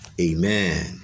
Amen